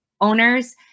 owners